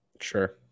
Sure